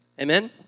Amen